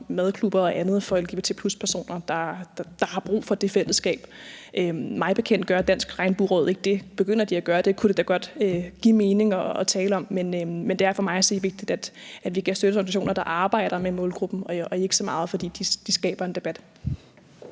lgbt+-personer, der har brug for det fællesskab. Mig bekendt gør Dansk Regnbueråd ikke det. Begynder de at gøre det, kunne det da godt give mening at tale om, men det er for mig at se vigtigt, at vi giver støtte til organisationer, der arbejder med målgruppen, og ikke så meget, fordi de skaber en debat.